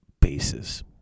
bases